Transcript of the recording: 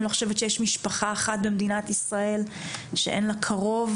אני לא חושבת שיש משפחה אחת במדינת ישראל שאין לה קרוב,